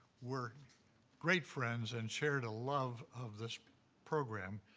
were great friends and shared a love of this program,